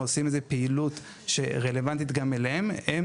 עושים איזו פעילות שהיא רלוונטית גם אליהם הם